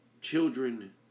children